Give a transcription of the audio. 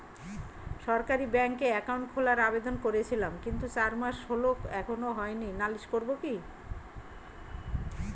সরকারি ব্যাংকে একাউন্ট খোলার আবেদন করেছিলাম কিন্তু চার মাস হল এখনো হয়নি নালিশ করব কি?